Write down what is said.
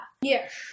Yes